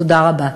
תודה רבה.